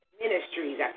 ministries